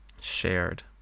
shared